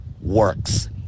works